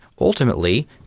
ultimately